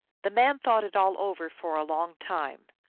the man thought it all over for a long time.